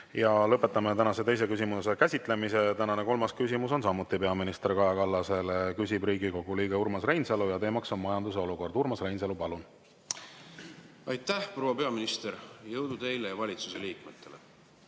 olukord. Urmas Reinsalu, palun! Tänane kolmas küsimus on samuti peaminister Kaja Kallasele, küsib Riigikogu liige Urmas Reinsalu ja teema on majanduse olukord. Urmas Reinsalu, palun! Aitäh, proua peaminister! Jõudu teile ja valitsuse liikmetele!